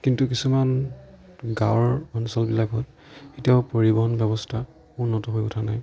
কিন্তু কিছুমান গাঁৱৰ অঞ্চলবিলাকত এতিয়াও পৰিবহন ব্যৱস্থা উন্নত হৈ উঠা নাই